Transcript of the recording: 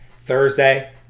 Thursday